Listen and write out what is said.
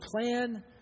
plan